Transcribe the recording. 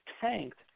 tanked